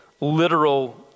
literal